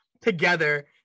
together